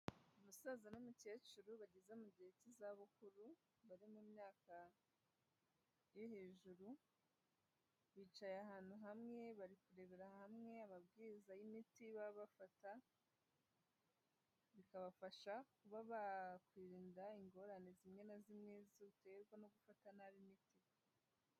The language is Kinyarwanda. Umusaza n'umukecuru bageze mu gihe cy'izabukuru, bari mu myaka yo hejuru, bicaye ahantu hamwe, bari kurebera hamwe amabwiriza y'imiti baba bafata, bikabafasha kuba bakwirinda ingorane zimwe na zimwe ziterwa no gufata nabi imiti.